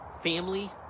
family